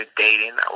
dating